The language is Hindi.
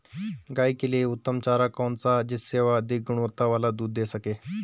गाय के लिए उत्तम चारा कौन सा है जिससे वह अधिक गुणवत्ता वाला दूध दें सके?